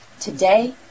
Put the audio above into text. today